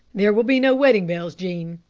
there will be no wedding bells, jean,